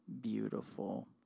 beautiful